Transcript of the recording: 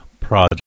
project